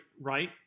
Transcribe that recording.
right